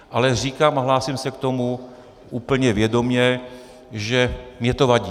Ale říkám a hlásím se k tomu úplně vědomě, že mi to vadí.